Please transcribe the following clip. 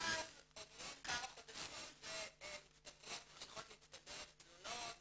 ואז עוברים כמה חודשים וממשיכות להצטבר תלונות